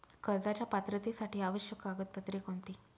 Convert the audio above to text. कर्जाच्या पात्रतेसाठी आवश्यक कागदपत्रे कोणती?